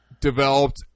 developed